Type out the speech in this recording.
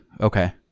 Okay